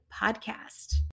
podcast